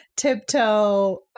Tiptoe